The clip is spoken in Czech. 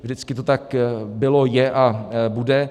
Vždycky to tak bylo, je a bude.